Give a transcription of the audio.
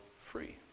free